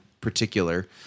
particular